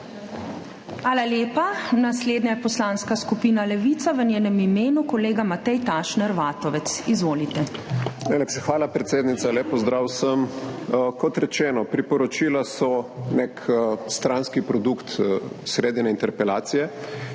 hvala, predsednica. Lep pozdrav vsem! Kot rečeno, priporočila so nek stranski produkt sredine interpelacije.